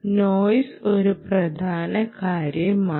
noise ഒരു പ്രധാന കാര്യമാണ്